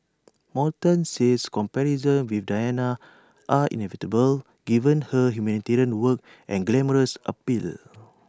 Morton says comparisons with Diana are inevitable given her humanitarian work and glamorous appeal